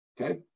okay